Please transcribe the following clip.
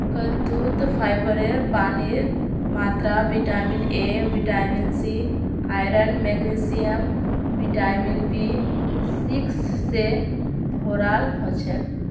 कद्दूत फाइबर पानीर मात्रा vitamin A vitamin C iron magnesium vitamin B six स भोराल हछेक